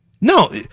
No